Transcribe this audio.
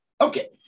Okay